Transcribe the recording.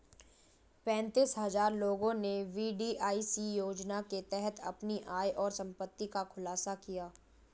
पेंतीस हजार लोगों ने वी.डी.आई.एस योजना के तहत अपनी आय और संपत्ति का खुलासा किया